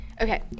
okay